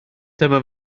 dyma